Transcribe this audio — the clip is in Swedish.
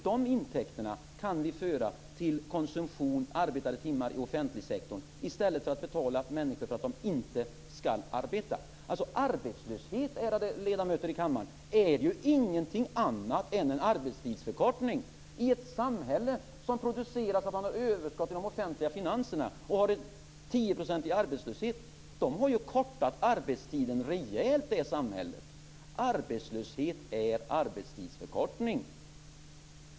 De intäkterna kan vi föra till konsumtion, arbetade timmar i offentligsektorn, i stället för betala människor för att de inte skall arbeta. Arbetslöshet, ärade ledamöter i kammaren, är ingenting annat än en arbetstidsförkortning! Ett samhället som producerar så att man har överskott i de offentliga finanserna, och har en tioprocentig arbetslöshet, har ju kortat arbetstiden rejält! Arbetslöshet är arbetstidsförkortning.